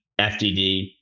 FDD